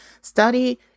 study